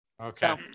Okay